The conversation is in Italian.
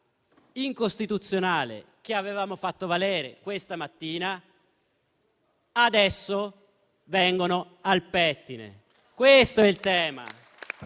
di costituzionalità che avevamo fatto valere questa mattina adesso vengono al pettine. Questo è il tema.